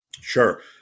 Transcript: Sure